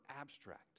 abstract